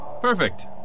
Perfect